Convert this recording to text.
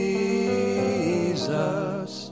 Jesus